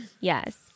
Yes